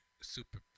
super